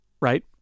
right